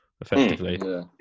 effectively